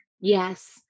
Yes